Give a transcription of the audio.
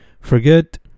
Forget